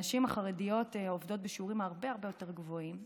הנשים החרדיות עובדות בשיעורים הרבה הרבה יותר גבוהים.